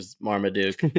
Marmaduke